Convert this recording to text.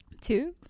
two